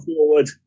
forward